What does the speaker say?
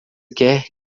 quer